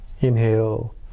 Inhale